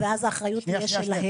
--- רגע, ואז האחריות תהיה שלהם?